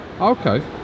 Okay